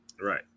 Right